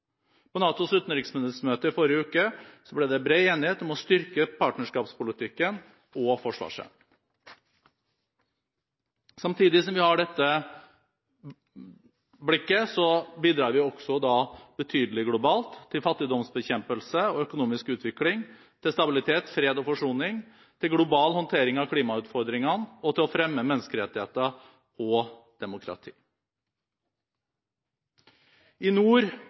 På NATOs utenriksministermøte i forrige uke ble det bred enighet om å styrke partnerskapspolitikken og forsvarssiden. Samtidig som vi har dette blikket, bidrar vi også betydelig globalt – til fattigdomsbekjempelse og økonomisk utvikling, til stabilitet, fred og forsoning, til global håndtering av klimautfordringene, og til å fremme menneskerettigheter og demokrati. I nord